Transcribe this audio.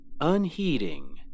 Unheeding